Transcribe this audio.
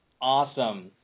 Awesome